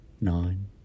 nine